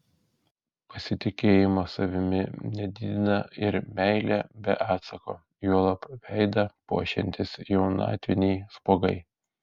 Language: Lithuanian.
pasitikėjimo savimi nedidina ir meilė be atsako juolab veidą puošiantys jaunatviniai spuogai